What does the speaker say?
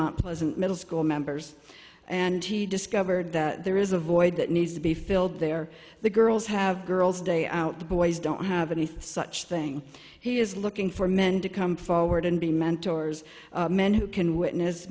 mount pleasant middle school members and he discovered that there is a void that needs to be filled there the girls have girls day out the boys don't have anything such thing he is looking for men to come forward and be mentors men who can witness